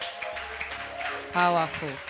Powerful